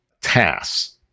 tasks